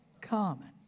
Common